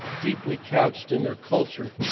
deeply couched in their culture,